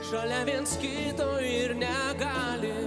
šalia viens kito ir negali